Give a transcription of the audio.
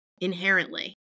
inherently